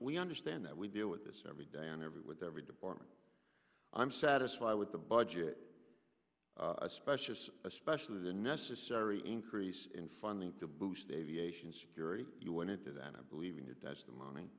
we understand that we deal with this every day and every with every department i'm satisfied with the budget especially especially the necessary increase in funding to boost aviation security you wanted to that i believe we need that's the money